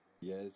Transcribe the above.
yes